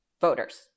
voters